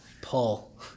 pull